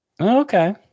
Okay